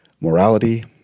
morality